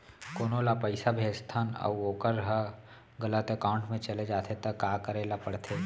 कोनो ला पइसा भेजथन अऊ वोकर ह गलत एकाउंट में चले जथे त का करे ला पड़थे?